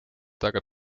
aga